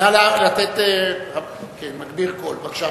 נא לתת מגביר קול, בבקשה.